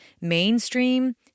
mainstream